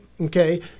okay